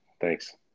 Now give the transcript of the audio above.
Thanks